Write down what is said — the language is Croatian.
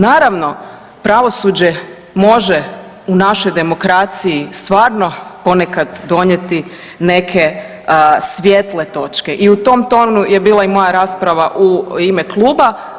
Naravno pravosuđe može u našoj demokraciji stvarno ponekad donijeti neke svijetle točke i u tom tonu je bila i moja rasprava u ime kluba.